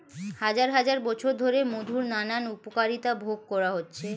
হাজার হাজার বছর ধরে মধুর নানান উপকারিতা ভোগ করা হচ্ছে